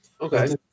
Okay